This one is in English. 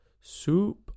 Soup